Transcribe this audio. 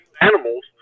animals